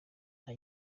nta